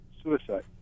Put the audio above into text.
suicide